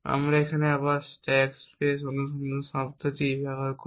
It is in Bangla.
আমরা এখানে আবার স্ট্যাক স্পেস অনুসন্ধান শব্দটি ব্যবহার করি